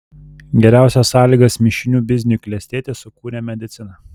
geriausias sąlygas mišinių bizniui klestėti sukūrė medicina